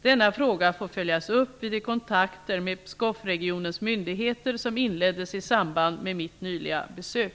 Denna fråga får följas upp vid de kontakter med Pskovregionens myndigheter som inleddes i samband med mitt nyliga besök.